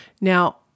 Now